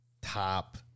top